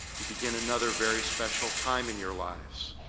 you begin another very special time in your lives.